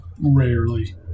Rarely